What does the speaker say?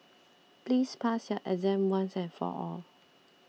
please pass your exam once and for all